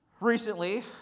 Recently